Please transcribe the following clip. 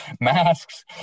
masks